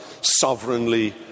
sovereignly